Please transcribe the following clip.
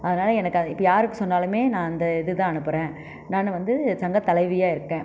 அதனால் எனக்கு அ இப்போ யாருக்கு சொன்னாலும் நான் அந்த இது தான் அனுப்புறேன் நான் வந்து சங்கத்தலைவியாக இருக்கேன்